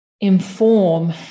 inform